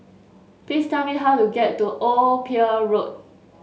please tell me how to get to Old Pier Road